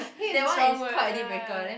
hate is a strong word ya ya